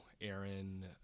Aaron